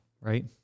Right